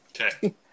Okay